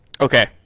Okay